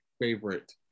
favorite